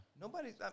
nobody's